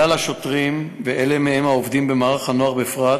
כלל השוטרים, ואלה מהם העובדים במערך הנוער בפרט,